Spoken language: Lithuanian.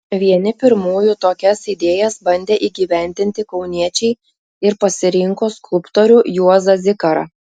vieni pirmųjų tokias idėjas bandė įgyvendinti kauniečiai ir pasirinko skulptorių juozą zikarą